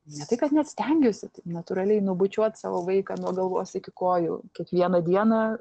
ne tai kad net stengiuosi natūraliai nubučiuot savo vaiką nuo galvos iki kojų kiekvieną dieną